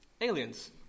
aliens